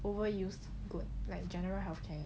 overused good like general health care